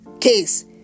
case